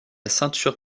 ceinture